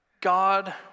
God